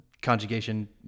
Conjugation